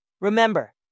Remember